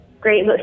great